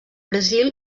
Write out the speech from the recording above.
brasil